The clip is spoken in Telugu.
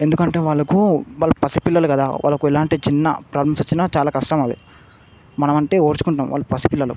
ఎందుకంటే వాళ్ళకు వాళ్ళు పసిపిల్లలు కదా వాళ్ళకి ఎలాంటి చిన్న ప్రాబ్లమ్స్ వచ్చినా చాలా కష్టం అది మనమంటే ఓర్చుకుంటాం వాళ్ళు పసిపిల్లలు